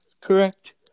Correct